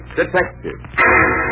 detective